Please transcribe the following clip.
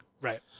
Right